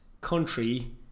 country